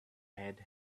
head